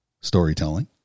storytelling